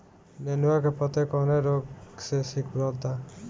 नेनुआ के पत्ते कौने रोग से सिकुड़ता?